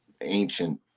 ancient